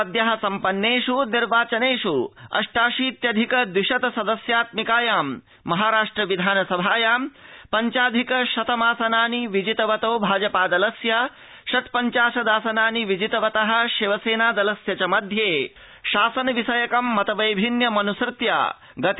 सद्यः सम्पन्नेष् निर्वाचनेष् अष्टादशीत्यधिक द्विशत सदस्यात्मिकायां महाराष्ट्र विधानसभायाम् पञ्चाधिक शतमासनानि विजितवतो भाजपा दलस्य षट् पञ्चादशदासनानि विजितवतः शिवसेना दलस्य च मध्ये शासन विषयकं मत वैभिन्न्यमनुसृत्य गतिरोधो यथावत् अनुवर्तत